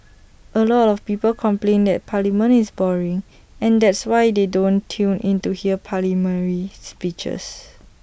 A lot of people complain that parliament is boring and that's why they don't tune in to hear parliamentary speeches